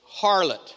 harlot